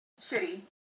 shitty